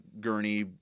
gurney